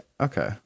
Okay